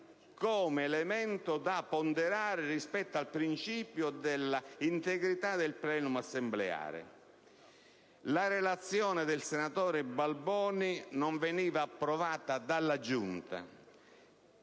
come elemento da ponderare rispetto al principio dell'integrità del *plenum* assembleare. La relazione del senatore Balboni non veniva approvata dalla Giunta,